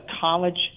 college